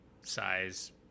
size